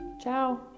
Ciao